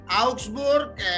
Augsburg